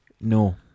No